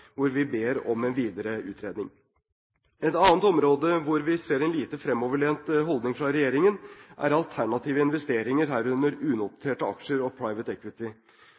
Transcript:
hvor vi ber om en videre utredning. Et annet område hvor vi ser en lite fremoverlent holdning fra regjeringen, er alternative investeringer, herunder unoterte aksjer og «private equity».